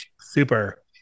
Super